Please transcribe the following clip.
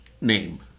name